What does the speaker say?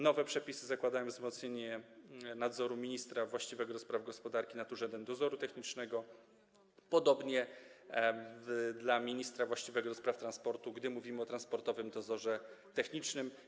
Nowe przepisy zakładają wzmocnienie nadzoru ministra właściwego do spraw gospodarki nad Urzędem Dozoru Technicznego, podobnie jeśli chodzi o ministra właściwego do spraw transportu, gdy mówimy o Transportowym Dozorze Technicznym.